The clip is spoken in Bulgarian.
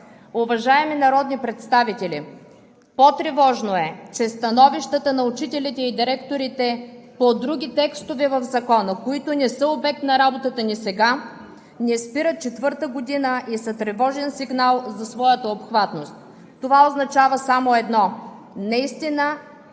Уважаеми народни представители, по-тревожно е, че становищата на учителите и директорите по други текстове в Закона, които не са обект на работата ни сега, четвърта година не спират и са тревожен сигнал за своята обхватност. Това означава само едно – наистина